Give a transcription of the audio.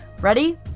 Ready